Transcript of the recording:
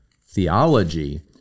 theology